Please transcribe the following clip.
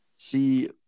see